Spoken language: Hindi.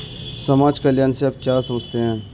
समाज कल्याण से आप क्या समझते हैं?